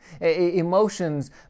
Emotions